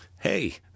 hey